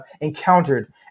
encountered